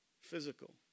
physical